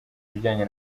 ibijyane